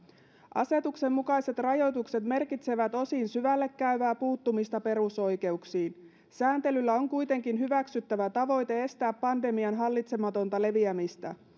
asetuksen mukaiset rajoitukset merkitsevät osin syvälle käyvää puuttumista perusoikeuksiin sääntelyllä on kuitenkin hyväksyttävä tavoite estää pandemian hallitsematonta leviämistä